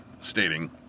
stating